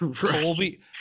Colby